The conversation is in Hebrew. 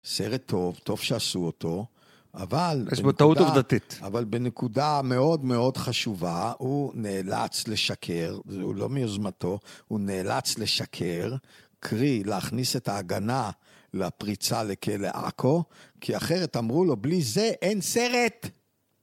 סרט טוב, טוב שעשו אותו, אבל... יש בו טעות עובדתית. אבל בנקודה מאוד מאוד חשובה, הוא נאלץ לשקר, זה הוא לא מיוזמתו, הוא נאלץ לשקר, קרי להכניס את ההגנה לפריצה לכלא עכו, כי אחרת אמרו לו, בלי זה אין סרט!